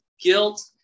guilt